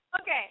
Okay